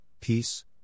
peace